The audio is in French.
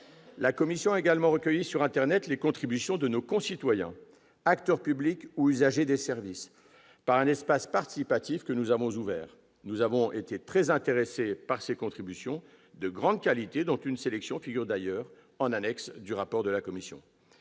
La commission a également recueilli sur internet les contributions de nos concitoyens, acteurs publics ou usagers des services, un espace participatif que nous avons ouvert. Nous avons été très intéressés par ces contributions, de grande qualité, dont une sélection figure d'ailleurs en annexe au rapport de la commission.